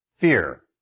Fear